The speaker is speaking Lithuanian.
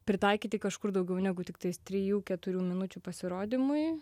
pritaikyti kažkur daugiau negu tiktais trijų keturių minučių pasirodymui